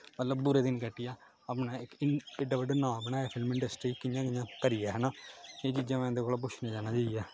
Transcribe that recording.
मतलब बुरे दिन कट्टियै अपना इक एहडा बड्डा नांऽ बनाया फिल्म इंडस्ट्री च कि'यां कि'यां करियै है ना एह् चीजां में इं'दे कोला पुच्छना चाह्न्ना जेइयै